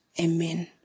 Amen